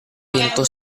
pintu